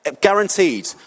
guaranteed